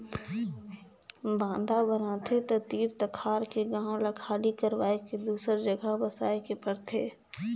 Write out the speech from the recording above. बांधा बनाथे त तीर तखार के गांव ल खाली करवाये के दूसर जघा बसाए के परथे